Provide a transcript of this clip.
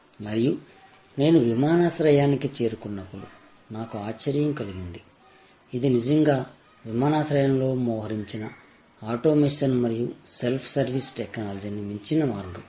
మరియు నేను విమానాశ్రయానికి చేరుకున్నప్పుడు నాకు ఆశ్చర్యం కలిగింది ఇది నిజంగా విమానాశ్రయాలలో మోహరించిన ఆటోమేషన్ మరియు సెల్ఫ్ సర్వీస్ టెక్నాలజీని మించిన మార్గం